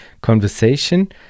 conversation